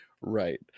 right